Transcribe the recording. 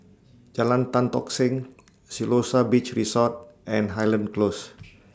Jalan Tan Tock Seng Siloso Beach Resort and Highland Close